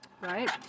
Right